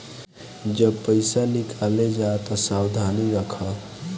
जब पईसा निकाले जा तअ सावधानी रखअ